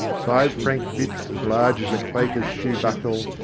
five franc bits as large as a quaker's shoebuckle,